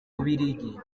bubiligi